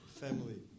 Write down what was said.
family